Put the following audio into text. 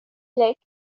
click